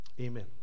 amen